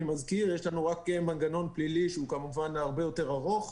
יש לנו רק מנגנון פלילי שהוא כמובן הרבה יותר ארוך.